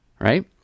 right